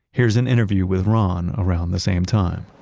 here's an interview with ron around the same time.